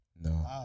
No